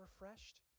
refreshed